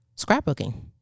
Scrapbooking